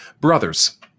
Brothers